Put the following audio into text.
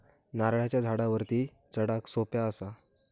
नारळाच्या झाडावरती चडाक सोप्या कसा?